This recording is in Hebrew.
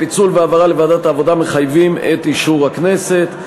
הפיצול וההעברה לוועדת העבודה מחייבים את אישור הכנסת.